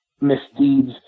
misdeeds